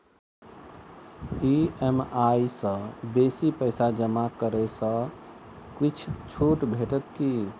EMI सँ बेसी पैसा जमा करै सँ किछ छुट भेटत की?